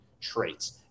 traits